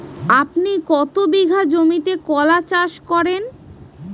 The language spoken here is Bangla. আপনি কত বিঘা জমিতে কলা চাষ করেন?